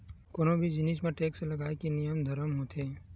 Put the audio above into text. कोनो भी जिनिस म टेक्स लगाए के नियम धरम होथे